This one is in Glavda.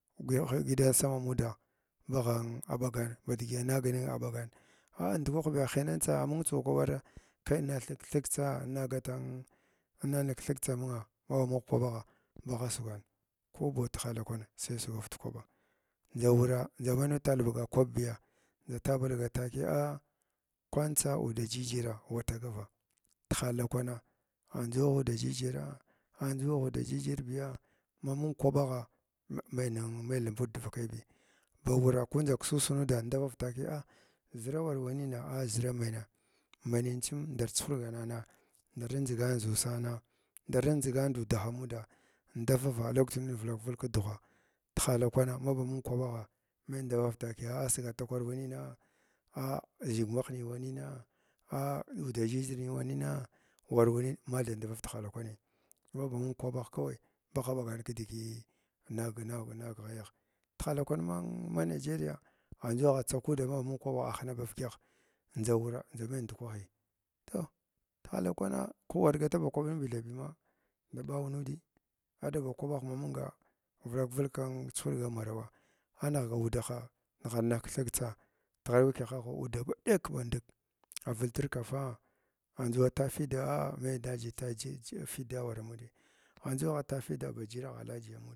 Swuy gidan sama amuda mbagha aɓagan badiʒi anag ninga aɓagan ah ndukwah biya hinantsa amugtsaw kwaɓars kai inna thik thiksa a gatan inna ning thiksa amung haba mung kwaɓagha bagh sugwan ko tigala kwan saiba dugwav dkwaɓa ndʒa wura ndʒa mai nud tulbuga kwaɓbiya ndʒatualbuga ba takiya kwantsa uda jijira ura tagava f=tihala kwang andʒu agh uda jijira andʒu agh uda jijirviya ma mung kwaɓagha mai hai knbud dvakai biyi ba wurh ko mba ndʒaksusa nuda ndav takiya ah zira war wanina a ʒira menye, menyen tsin ndar chuhurganana ndar nidʒganan dussana, ndar nidʒigan duudagha muda ndaviva kkwti nud vulak vulg kdulghwa tihala kwana haba mung kwaɓagha mai ndavav takiya a asiga fakwar wanina a zhigmah ha wanina a uda jijir mns war wanin mathai ndavavi tihala kwani maba mung kwaɓagh kawni bagh ɓagan kidigi nang nang ghayagh tihala kwan ma nageriya andʒu atsa kuud maba mung kurabagha a hina bavdyəgh ndʒa wura ndʒa mai ndukwahi toh tihala kwana ku war gata ba twaɓin bi thabi ma daɓara nuudi aɗba marawa anighga udaha ningha na ningh kthikfsa tighaya kla fyahagh ud ba ɗek ba nduk avultr kafa andʒu atafida a mai dayiji taji fia awaramaudi andʒu aghtafida bajiragha alaji amuda.